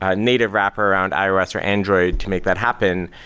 ah native wrapper around ios or android to make that happen?